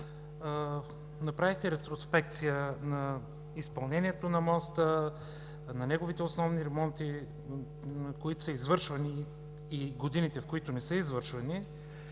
Направихте ретроспекция на изпълнението на моста, на неговите основни ремонти, които са извършвани, и годините, в които не са извършвани,